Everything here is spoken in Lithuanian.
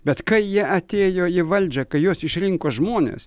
bet kai jie atėjo į valdžią kai juos išrinko žmonės